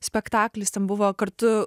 spektaklis ten buvo kartu